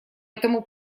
этому